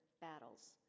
battles